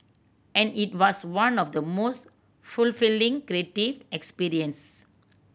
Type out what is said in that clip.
and it was one of the most fulfilling creative experience